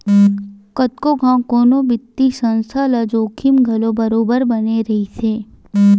कतको घांव कोनो बित्तीय संस्था ल जोखिम घलो बरोबर बने रहिथे